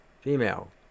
Female